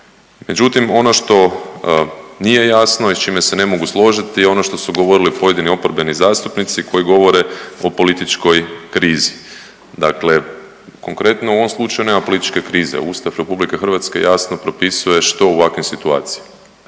Međutim, ono što nije jasno i s čime se ne mogu složiti je ono što su govorili pojedini oporbeni zastupnici koji govore o političkoj krizi. Dakle, konkretno u ovom slučaju nema političke krize. Ustav Republike Hrvatske jasno propisuje što u ovakvim situacijama?